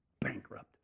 bankrupt